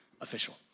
official